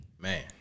Man